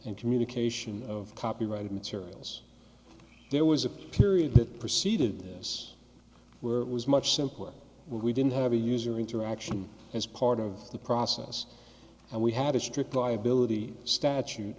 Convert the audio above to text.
and communication of copyrighted materials there was a period that preceded this were it was much simpler we didn't have a user interaction as part of the process and we had a strict liability statute